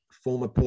Former